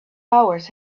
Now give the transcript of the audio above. hours